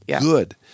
good